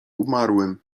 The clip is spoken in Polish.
umarłym